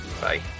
bye